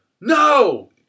no